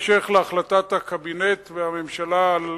בהמשך להחלטת הקבינט והממשלה על